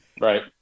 Right